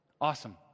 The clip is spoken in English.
Awesome